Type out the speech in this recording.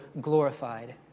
glorified